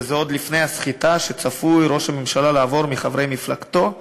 וזה עוד לפני הסחיטה שצפוי ראש הממשלה לעבור מחברי מפלגתו,